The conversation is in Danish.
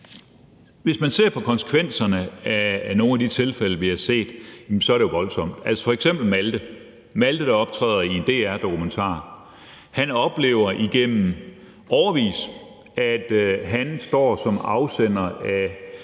bagved. Konsekvenserne af nogle af de tilfælde, vi har set, er jo voldsomme, og det gælder for f.eks. Malte, der optræder i en DR-dokumentar. Han oplever i årevis, at han står som afsender af